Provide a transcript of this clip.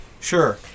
Sure